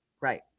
Right